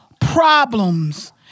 problems